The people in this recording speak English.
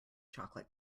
chocolate